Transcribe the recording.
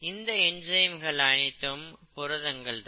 இந்த என்சைம்கள் அனைத்தும் புரதங்கள் தான்